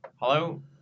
Hello